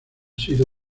sido